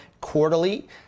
quarterly